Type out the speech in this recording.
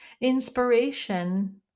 Inspiration